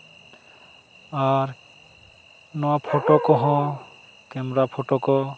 ᱟᱨ ᱱᱚᱣᱟ ᱯᱷᱳᱴᱳ ᱠᱚᱦᱚᱸ camera photo ᱠᱚ